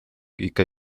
ikka